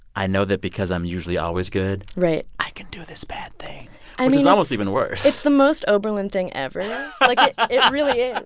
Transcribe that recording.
i know that because i'm usually always good. right. i can do this bad thing i mean. which is almost even worse it's the most oberlin thing ever like, it really yeah